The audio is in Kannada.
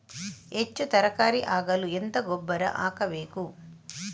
ಹೆಚ್ಚು ತರಕಾರಿ ಆಗಲು ಎಂತ ಗೊಬ್ಬರ ಹಾಕಬೇಕು?